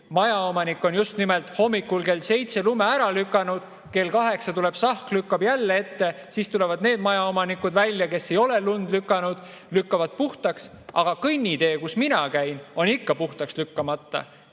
majaomanik on just nimelt hommikul kell seitse lume ära lükanud, kell kaheksa tuleb sahk, lükkab jälle lume ette. Siis tulevad need majaomanikud välja, kes ei ole veel lund lükanud, lükkavad puhtaks, aga kõnnitee, kus mina käin, on ikka puhtaks lükkamata.